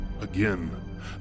Again